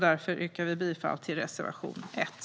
Därför yrkar vi bifall till reservation 1.